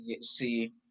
see